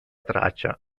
traccia